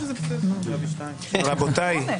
רבותיי,